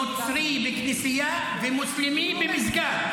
נוצרי בכנסייה ומוסלמי במסגד.